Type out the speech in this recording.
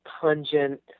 pungent